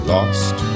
Lost